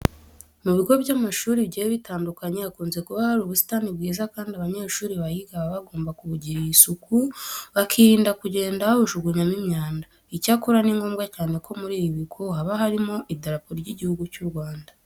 Mu bigo by'amashuri bigiye bitandukanye hakunze kuba hari ubusitani bwiza kandi abanyeshuri bahiga baba bagomba kubugirira isuku bakirinda kugenda babujugunyamo imyanda. Icyakora ni ngombwa cyane ko muri ibi bigo haba harimo idarapo ry'Igihugu cy'u Rwanda.